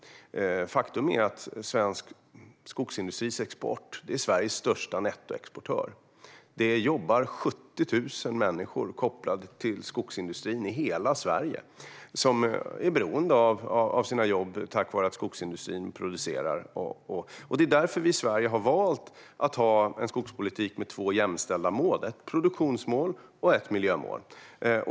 Faktum är att svensk skogsindustri är Sveriges största nettoexportör. Det är 70 000 människor som har arbeten kopplade till skogsindustrin, i hela Sverige. Deras jobb är beroende av att skogsindustrin producerar. Det är därför vi i Sverige har valt att ha en skogspolitik med två jämställda mål: ett produktionsmål och ett miljömål.